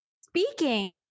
Speaking